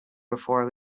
before